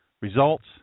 Results